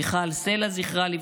מיכל סלה ז"ל,